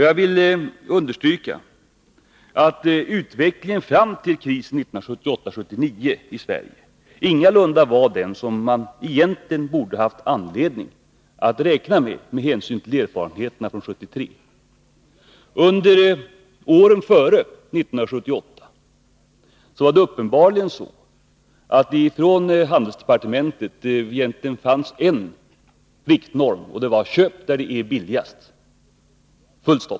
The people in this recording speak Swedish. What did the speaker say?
Jag vill understryka att utvecklingen i Sverige fram till krisen 1978-1979 ingalunda var den som man egentligen med hänsyn till erfarenheterna från 1973 borde ha haft anledning att räkna med. Under åren före 1978 var det uppenbarligen så, att det inom handelsdepartementet egentligen fanns en riktnorm, och den var: Köp där det är billigast!